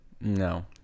No